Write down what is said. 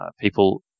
people